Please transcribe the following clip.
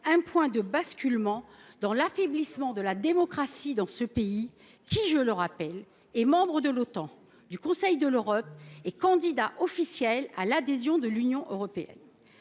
un point de bascule dans l’affaiblissement de la démocratie en Turquie, un pays qui – je le rappelle – est membre de l’Otan, du Conseil de l’Europe et candidat officiel à l’adhésion à l’Union européenne.